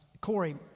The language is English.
Corey